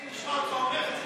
יצחק, חבר הכנסת,